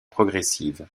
progressive